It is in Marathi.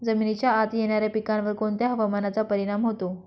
जमिनीच्या आत येणाऱ्या पिकांवर कोणत्या हवामानाचा परिणाम होतो?